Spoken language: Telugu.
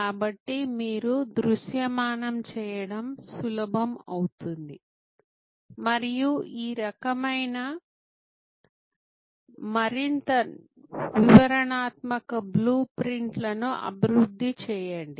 కాబట్టి మీరు దృశ్యమానం చేయడం సులభం అవుతుంది మరియు ఈ రకమైన మరింత వివరణాత్మక బ్లూ ప్రింట్ లను అభివృద్ధి చేయండి